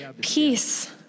peace